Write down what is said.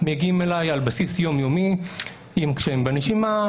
מגיעים אליי על בסיס יום-יומי עם קשיים בנשימה,